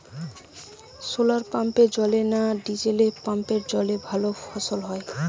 শোলার পাম্পের জলে না ডিজেল পাম্পের জলে ভালো ফসল হয়?